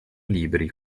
libri